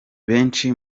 benshi